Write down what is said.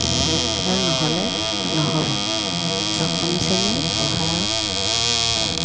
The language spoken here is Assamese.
শিক্ষাৰ নহ'লে নহ'ব দশম শ্ৰেণী পঢ়াৰ